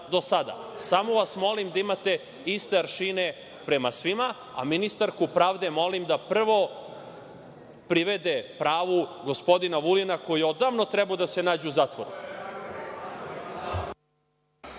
Samo vas molim da imate iste aršine prema svima, a ministarku pravde molim da prvo privede pravu gospodina Vulina, koji je odavno trebao da se nađe u zatvoru.